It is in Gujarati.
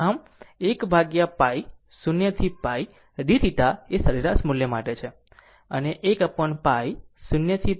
આ 1 upon π 0 to π dθ એ સરેરાશ મૂલ્ય માટે છે અને 1 upon π 0 to π એ RMS મુલ્ય માટે છે